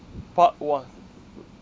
part one